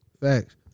Facts